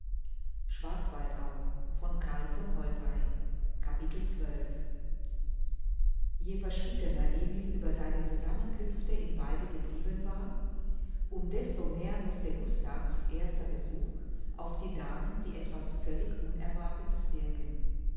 capitel je verschwiegener emil über seine zusammenkünfte im walde geblieben war um desto mehr mußte gustav's erster besuch auf die damen wie etwas völlig unerwartetes wirken